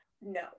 no